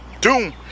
doom